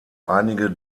einige